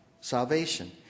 Salvation